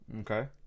Okay